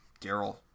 Daryl